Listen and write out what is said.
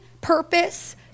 purpose